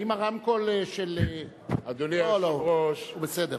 האם הרמקול של, לא, לא, הוא בסדר.